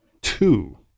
two